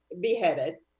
beheaded